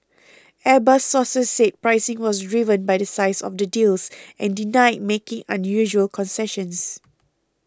Airbus sources said pricing was driven by the size of the deals and denied making unusual concessions